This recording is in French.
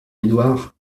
édouard